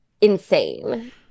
insane